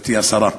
גברתי השרה,